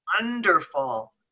Wonderful